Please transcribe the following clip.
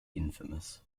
infamous